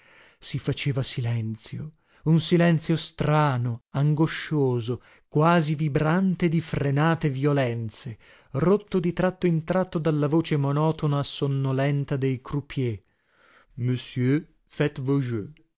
si faceva silenzio un silenzio strano angoscioso quasi vibrante di frenate violenze rotto di tratto in tratto dalla voce monotona sonnolenta dei